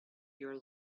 your